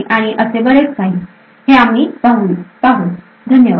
आणि असे बरेच काही हे आम्ही पाहू धन्यवाद